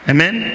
Amen